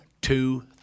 two